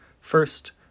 First